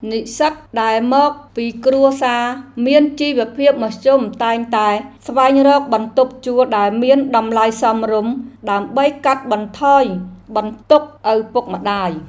និស្សិតដែលមកពីគ្រួសារមានជីវភាពមធ្យមតែងតែស្វែងរកបន្ទប់ជួលដែលមានតម្លៃសមរម្យ ដើម្បីកាត់បន្ថយបន្ទុកឪពុកម្តាយ។